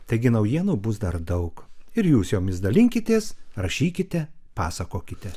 taigi naujienų bus dar daug ir jūs jomis dalinkitės rašykite pasakokite